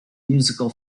musical